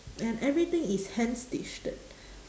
and everything is hand-stitched